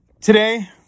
Today